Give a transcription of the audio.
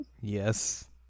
Yes